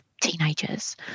teenagers